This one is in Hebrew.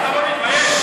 אתה לא מתבייש?